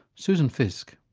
susan fiske.